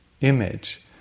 image